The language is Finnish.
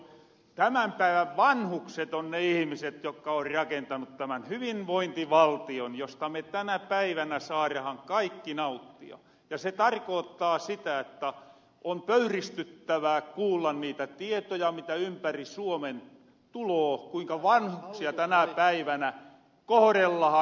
tämän päivän vanhukset on ne ihimiset jokka on rakentanut tämän hyvinvointivaltion josta me tänä päivänä saarahan kaikki nauttia ja se tarkoottaa sitä että on pöyristyttävää kuulla niitä tietoja mitä ympäri suomen tuloo kuinka vanhuksia tänä päivänä kohrellahan